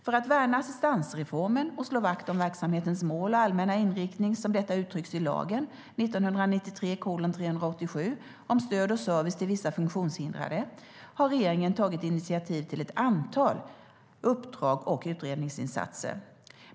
För att värna assistansreformen och slå vakt om verksamhetens mål och allmänna inriktning som detta uttrycks i lagen om stöd och service till vissa funktionshindrade, har regeringen tagit initiativ till ett antal uppdrags och utredningsinsatser.